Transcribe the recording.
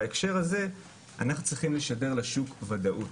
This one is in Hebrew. בהקשר הזה אנחנו צריכים לשדר לשוק ודאות.